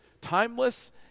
timeless